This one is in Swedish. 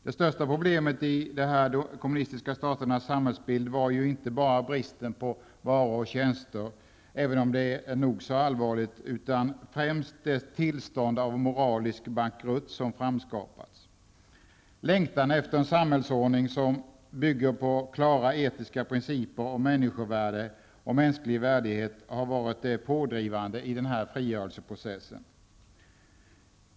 Det största problemet i de kommunistiska staternas samhällsbild var inte bara bristen på varor och tjänster -- även om det är nog så allvarligt -- utan främst det tillstånd av moralisk bankrutt som framskapats. Längtan efter en samhällsordning som bygger på klara etiska principer om människovärde och mänsklig värdighet har varit det pådrivande i den här frigörelseprocessen.